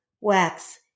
wax